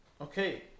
Okay